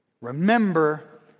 Remember